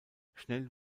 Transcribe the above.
schnell